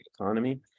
economy